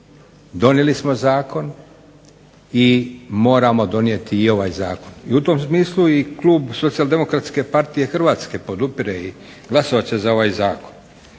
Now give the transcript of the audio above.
donijeli smo zakon i moramo donijeti i ovaj Zakon. I u tom smislu Klub Socijaldemokratske partije Hrvatske podupire i glasovat će za ovaj Zakon